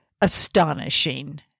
astonishing